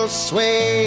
sway